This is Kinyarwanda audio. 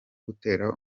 gutera